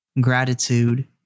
gratitude